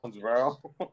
bro